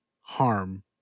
harm